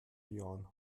jahren